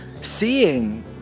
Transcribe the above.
Seeing